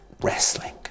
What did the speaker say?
wrestling